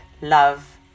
love